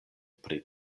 pri